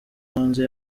hanze